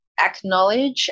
acknowledge